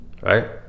right